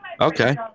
Okay